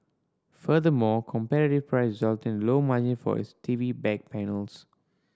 furthermore competitive price resulted in lower margins for its T V back panels